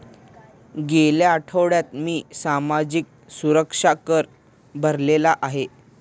गेल्या आठवड्यात मी सामाजिक सुरक्षा कर भरलेला आहे